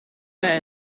bij